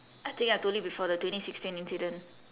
I think I told you before the twenty sixteen incident